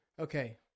Okay